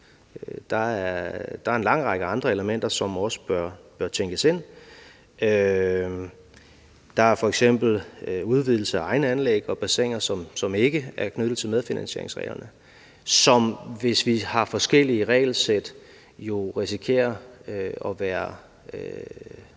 Der er en lang række andre elementer, som også bør tænkes ind. Der er f.eks. udvidelser af egne anlæg og bassiner, som ikke er knyttet til medfinansieringsreglerne, som, hvis vi har forskellige regelsæt, jo risikerer at være